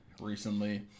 recently